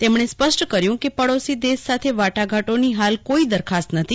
તેમલે સ્પષ્ટ કર્યું કે પત્રોશ્રી દેશ સાથે વાટાઘાટો હાલ કોઈ દરખાસ્ત નશ્ચી